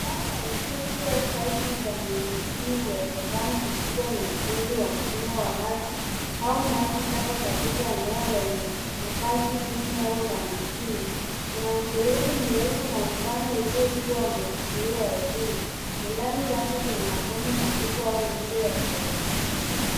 Bwawa la ujenzi au kazi za miundo mbinu, uwezekano mkubwa ni ujenzi wa mfumo wa maji au maji taka katika eneo lenye makazi duni au la mijini. Kuna mfereji mrefu na mpana uliokuwa umefukuliwa ardhini na ndani yake kuna mabomba makubwa au miundo ya saruji.